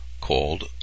called